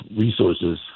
resources